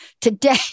Today